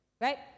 Right